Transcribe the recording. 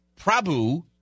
Prabhu